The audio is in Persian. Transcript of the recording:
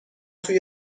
توی